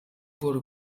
wurde